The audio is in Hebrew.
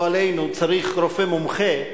לא עלינו, צריך רופא מומחה,